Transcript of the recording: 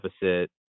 deficit